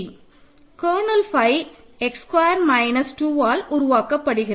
kernel phi x square minus 2 ஆல் உருவாக்கப்படுகிறது